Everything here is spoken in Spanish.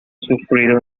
sufrido